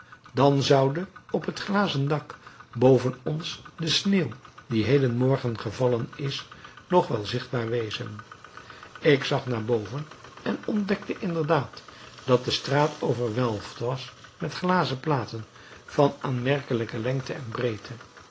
dan zoude op het glazen dak boven ons de sneeuw die heden morgen gevallen is nog wel zichtbaar wezen ik zag naar boven en ontdekte inderdaad dat de straat overwelfd was met glazen platen van aanmerkelijke lengte en breedte